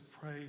pray